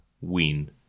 win